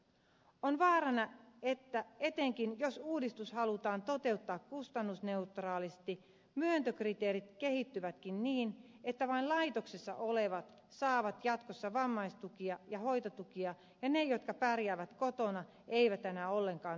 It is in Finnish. on vaarana että etenkin jos uudistus halutaan toteuttaa kustannusneutraalisti myöntökriteerit kehittyvätkin niin että vain laitoksessa olevat saavat jatkossa vammaistukia ja hoitotukia ja ne jotka pärjäävät kotona eivät ole enää ollenkaan oikeutettuja tukeen